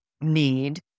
need